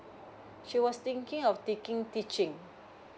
she was thinking of taking teaching